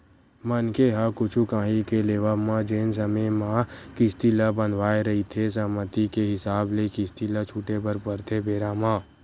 मनखे ह कुछु काही के लेवब म जेन समे म किस्ती ल बंधवाय रहिथे सहमति के हिसाब ले किस्ती ल छूटे बर परथे बेरा म